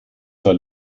zwar